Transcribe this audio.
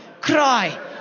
cry